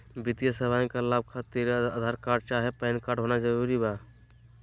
वित्तीय सेवाएं का लाभ खातिर आधार कार्ड चाहे पैन कार्ड होना जरूरी बा?